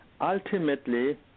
ultimately